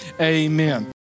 amen